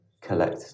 collect